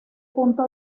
punto